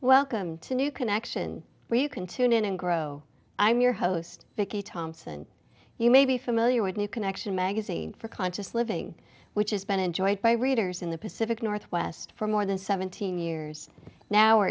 welcome to new connection where you can tune in and grow i'm your host vicky thompson you may be familiar with new connection magazine for conscious living which has been enjoyed by readers in the pacific northwest for more than seventeen years now are